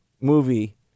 movie